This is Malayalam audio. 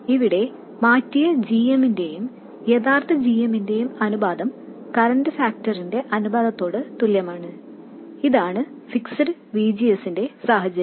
ഇവിടെ മാറ്റിയ g m ന്റെയും യഥാർത്ഥ gm ന്റെയും അനുപാതം കറൻറ് ഫാക്ടറിന്റെ അനുപാതത്തോട് തുല്യമാണ് ഇതാണ് ഫിക്സ്ഡ് V G S ന്റെ സാഹചര്യങ്ങൾ